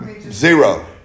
Zero